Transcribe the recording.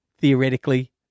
theoretically